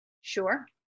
Sure